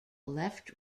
left